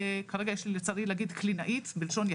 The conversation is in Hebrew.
כרגע לצערי יש לי רק קלינאית אחת,